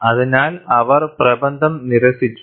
അതിനാൽ അവർ പ്രബന്ധം നിരസിച്ചു